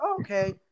okay